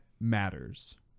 matters